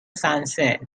sunset